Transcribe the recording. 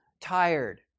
tired